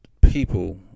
people